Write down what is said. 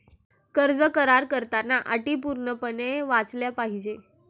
कर्ज करार करताना अटी पूर्णपणे वाचल्या पाहिजे